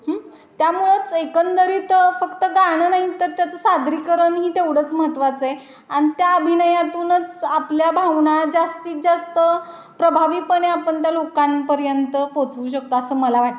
त्यामुळंच एकंदरीत फक्त गाणं नाही तर त्याचं सादरीकरणही तेवढंच महत्वाचं आहे आणि त्या अभिनयातूनच आपल्या भावना जास्तीत जास्त प्रभावीपणे आपण त्या लोकांपर्यंत पोचवू शकतो असं मला वाटतं